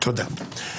תולדה.